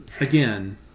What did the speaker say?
again